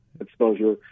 exposure